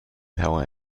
power